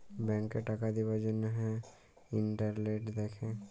ব্যাংকে টাকা দিবার জ্যনহে ইলটারেস্ট দ্যাখে